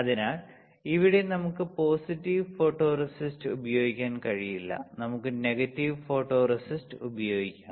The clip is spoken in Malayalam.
അതിനാൽ ഇവിടെ നമുക്ക് പോസിറ്റീവ് ഫോട്ടോറെസിസ്റ്റ് ഉപയോഗിക്കാൻ കഴിയില്ല നമുക്ക് നെഗറ്റീവ് ഫോട്ടോറെസിസ്റ്റ് ഉപയോഗിക്കാം